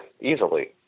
easily